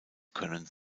können